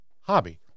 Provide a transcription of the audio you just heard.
hobby